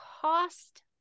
cost